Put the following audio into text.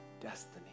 destiny